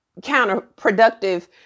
counterproductive